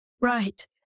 Right